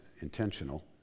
intentional